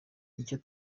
icyo